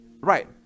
right